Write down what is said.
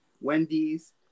Wendy's